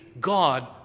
God